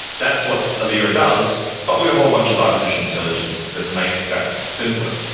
that's what ailira does but with a whole bunch of artificial intelligence that makes that simpler.